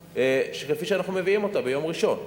כפי שאנחנו מביאים אותה ביום ראשון.